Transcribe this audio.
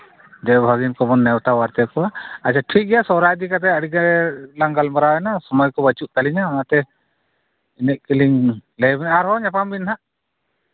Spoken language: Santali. ᱫᱮᱣᱼᱵᱷᱟᱹᱜᱤᱱ ᱠᱚᱵᱚᱱ ᱱᱮᱶᱛᱟ ᱵᱟᱨᱛᱮ ᱠᱚᱣᱟ ᱟᱪᱪᱷᱟ ᱴᱷᱤᱠ ᱜᱮᱭᱟ ᱥᱚᱦᱚᱨᱟᱭ ᱤᱫᱤ ᱠᱟᱛᱮᱫ ᱟᱹᱰᱤᱜᱟᱱ ᱞᱟᱝ ᱜᱟᱞᱢᱟᱨᱟᱣ ᱮᱱᱟ ᱥᱚᱢᱚᱭ ᱠᱚ ᱵᱟᱹᱪᱩᱜ ᱛᱟᱹᱞᱤᱧᱟ ᱚᱱᱟᱛᱮ ᱤᱱᱟᱹᱜ ᱜᱮᱞᱤᱧ ᱞᱟᱹᱭ ᱵᱤᱱᱟ ᱟᱨᱦᱚᱸ ᱧᱟᱯᱟᱢ ᱵᱮᱱ ᱦᱟᱸᱜ